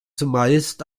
zumeist